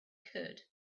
could